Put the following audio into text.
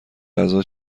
غذا